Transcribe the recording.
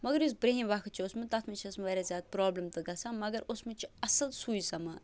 مگر یُس برٛونٛہِم وقت چھُ اوسمُت تَتھ منٛز چھِ ٲسمٕژ واریاہ زیادٕ پرٛابلِم تہِ گَژھان مگر اوسمُت چھُ اَصٕل سُے زمان